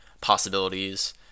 possibilities